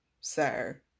sir